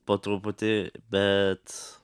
po truputį bet